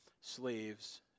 slaves